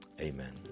Amen